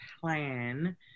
plan